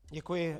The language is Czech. Děkuji.